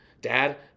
dad